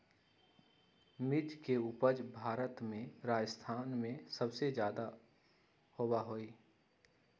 मिर्च के उपज भारत में राजस्थान में सबसे ज्यादा होबा हई